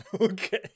Okay